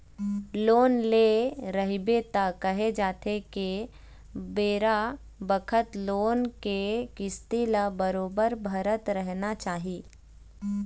loan ले रहिबे त केहे जाथे के बेरा बखत लोन के किस्ती ल बरोबर भरत रहिना चाही